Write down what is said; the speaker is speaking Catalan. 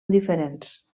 diferents